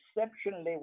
exceptionally